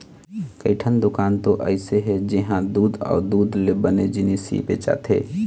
कइठन दुकान तो अइसे हे जिंहा दूद अउ दूद ले बने जिनिस ही बेचाथे